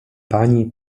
pani